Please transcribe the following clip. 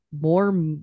more